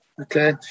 okay